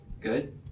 good